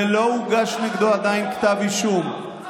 ולא הוגש נגדו עדיין כתב אישום,